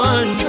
One